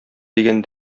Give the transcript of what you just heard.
дигән